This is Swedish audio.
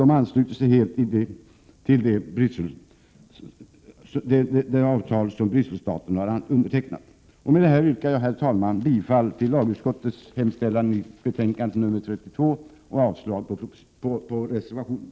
De står helt i överensstämmelse med det avtal som Brysselstaterna har undertecknat. Med detta yrkar jag, herr talman, bifall till lagutskottets hemställan i dess betänkande 32 och avslag på reservationen.